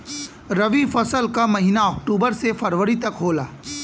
रवी फसल क महिना अक्टूबर से फरवरी तक होला